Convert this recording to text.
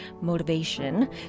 motivation